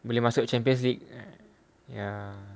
boleh masuk champions league ya